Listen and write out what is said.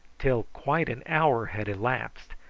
till quite an hour had elapsed,